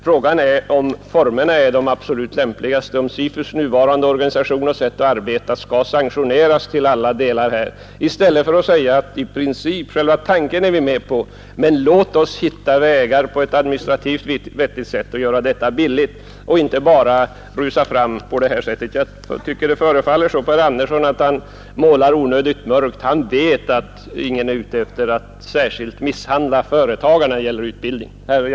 Frågan är om formerna är de absolut lämpligaste, om SIFU:s nuvarande organisation och arbete skall sanktioneras till alla delar, i stället för att säga att vi är med på principen, men vill hitta vägar som är administrativt vettiga så att man kan göra detta på ett billigt sätt och inte bara rusar fram så här. Jag tycker att herr Andersson målar onödigt mörkt. Han vet att ingen är ute efter att särskilt misshandla företagarna när det gäller utbildningen. Herr talman!